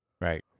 Right